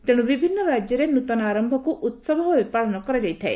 ତେଣୁ ବିଭିନ୍ନ ରାଜ୍ୟରେ ନୃତନ ଆରମ୍ଭକୁ ଉତ୍ସବ ଭାବେ ପାଳନ କରାଯାଇଥାଏ